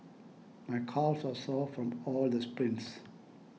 my calves are sore from all the sprints